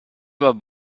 über